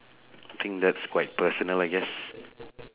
I think that's quite personal I guess